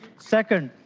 second,